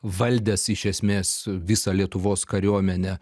valdęs iš esmės visą lietuvos kariuomenę